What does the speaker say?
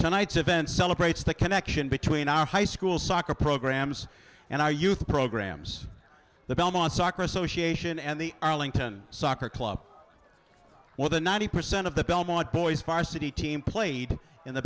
tonight's event celebrates the connection between our high school soccer programs and our youth programs the belmont soccer association and the arlington soccer club where the ninety percent of the belmont boys sparsity team played in the